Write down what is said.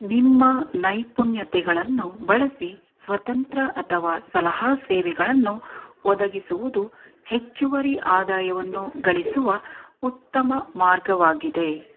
ನಿಮ್ಮ ನೈಪುಣ್ಯತೆಗಳನ್ನು ಬಳಸಿ ಸ್ವತಂತ್ರ ಅಥವಾ ಸಲಹಾ ಸೇವೆಗಳನ್ನು ಒದಗಿಸುವುದು ಹೆಚ್ಚುವರಿ ಆದಾಯವನ್ನು ಗಳಿಸುವ ಉತ್ತಮ ಮಾರ್ಗವಾಗಿದೆ